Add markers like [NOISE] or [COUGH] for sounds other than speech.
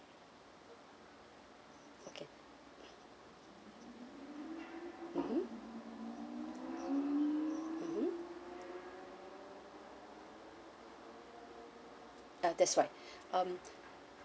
okay mmhmm mmhmm uh that's right [BREATH] um